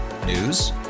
News